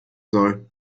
soll